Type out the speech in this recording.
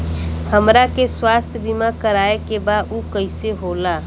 हमरा के स्वास्थ्य बीमा कराए के बा उ कईसे होला?